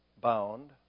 bound